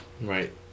Right